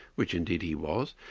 which indeed he was,